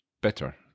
better